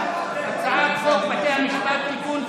הצעת חוק בתי המשפט (תיקון,